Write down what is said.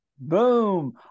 Boom